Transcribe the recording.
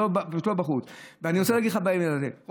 אני רוצה להגיד לך בעניין הזה, משפט אחרון, בבקשה.